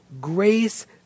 grace